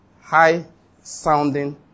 High-sounding